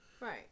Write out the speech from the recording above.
right